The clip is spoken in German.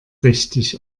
richtig